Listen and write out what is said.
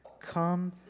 come